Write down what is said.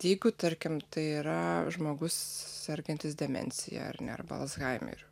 jeigu tarkim tai yra žmogus sergantis demencija ar ne arba alzhaimeriu